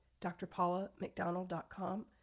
drpaulamcdonald.com